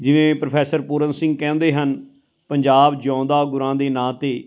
ਜਿਵੇਂ ਪ੍ਰੋਫੈਸਰ ਪੂਰਨ ਸਿੰਘ ਕਹਿੰਦੇ ਹਨ ਪੰਜਾਬ ਜਿਊਂਦਾ ਗੁਰਾਂ ਦੇ ਨਾਂ 'ਤੇ